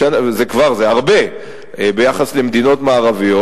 וזה כבר הרבה ביחס למדינות מערביות,